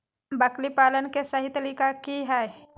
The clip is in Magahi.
बकरी पालन के सही तरीका की हय?